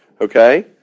Okay